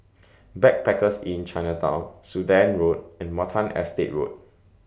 Backpackers Inn Chinatown Sudan Road and Watten Estate Road